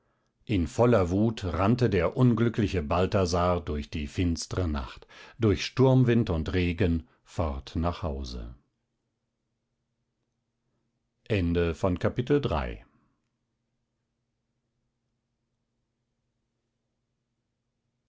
in voller wut rannte der unglückliche balthasar durch die finstre nacht durch sturmwind und regen fort nach hause